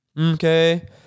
Okay